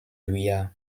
vuillard